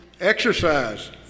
Exercise